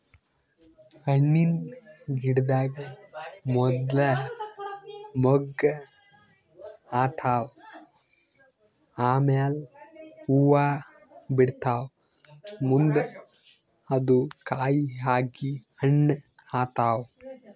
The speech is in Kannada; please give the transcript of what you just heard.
ಹಣ್ಣಿನ್ ಗಿಡದಾಗ್ ಮೊದ್ಲ ಮೊಗ್ಗ್ ಆತವ್ ಆಮ್ಯಾಲ್ ಹೂವಾ ಬಿಡ್ತಾವ್ ಮುಂದ್ ಅದು ಕಾಯಿ ಆಗಿ ಹಣ್ಣ್ ಆತವ್